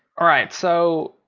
all right so,